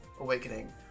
Awakening